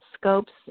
scopes